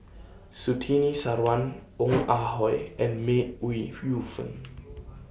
Surtini Sarwan Ong Ah Hoi and May Ooi Yu Fen